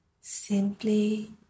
simply